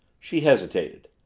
she hesitated.